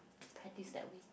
practice that way